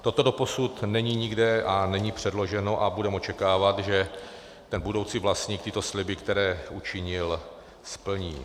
Toto doposud není nikde a není předloženo a budeme očekávat, že ten budoucí vlastník tyto sliby, které učinil, splní.